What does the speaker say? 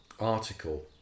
article